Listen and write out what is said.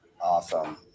Awesome